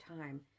time